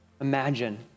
imagine